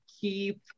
keep